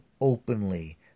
openly